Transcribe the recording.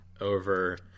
over